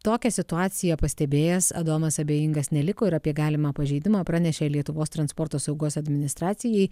tokią situaciją pastebėjęs adomas abejingas neliko ir apie galimą pažeidimą pranešė lietuvos transporto saugos administracijai